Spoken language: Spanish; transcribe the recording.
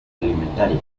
alimentaria